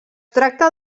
tracta